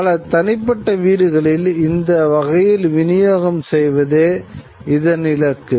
பல தனிப்பட்ட வீடுகளில் இந்த வகையில் விநியோகம் செய்வதே இதன் இலக்கு